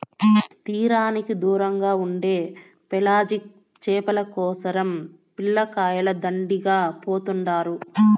తీరానికి దూరంగా ఉండే పెలాజిక్ చేపల కోసరం పిల్లకాయలు దండిగా పోతుండారు